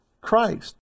Christ